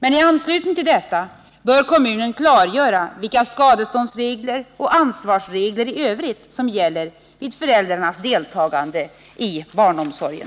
I anslutning härtill bör kommunen klargöra vilka skadeståndsregler och ansvarsregler i övrigt som gäller vid föräldrarnas deltagande i barnomsorgen.